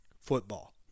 football